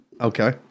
Okay